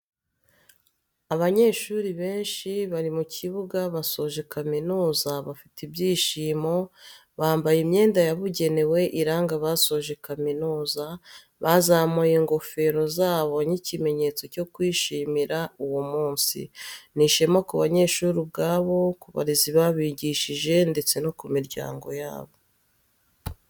Abanyeshuri benshi bari mu kibuga basoje kamizuza bafite ibyishimo, bambaye imyenda yabugenewe iranga abasoje kaminuza bazamuye ingofero zabo nk'ikimenyetso cyo kwishimira uwo munsi, ni ishema ku banyeshuri ubwabo, ku barezi babigishije ndetse no ku miryango yabo.